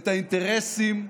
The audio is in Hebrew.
את האינטרסים,